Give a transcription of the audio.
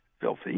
filthy